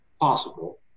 possible